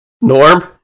Norm